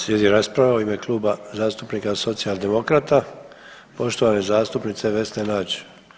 Slijedi rasprava u ime Kluba zastupnika Socijaldemokrata poštovane zastupnice Vesne Nađ.